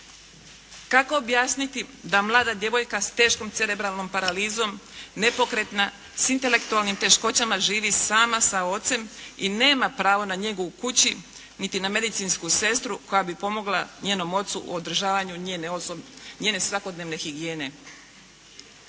Kako objasniti da mlada djevojka s teškom cerebralnom paralizom, nepokretna, sa intelektualnim teškoćama živi sama sa ocem i nema pravo na njegu u kući niti na medicinsku sestru koja bi pomogla njenom ocu u održavanju njene svakodnevne higijene.